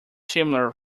similar